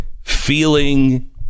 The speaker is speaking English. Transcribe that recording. feeling